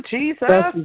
Jesus